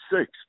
six